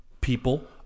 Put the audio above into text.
people